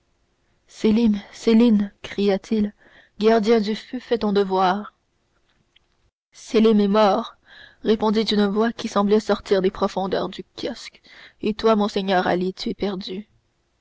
sélim sélim criait-il gardien du feu fais ton devoir sélim est mort répondit une voix qui semblait sortir des profondeurs du kiosque et toi mon seigneur ali tu es perdu